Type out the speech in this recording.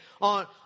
on